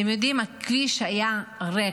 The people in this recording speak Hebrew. אתם יודעים, הכביש היה ריק,